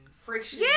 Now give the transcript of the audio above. friction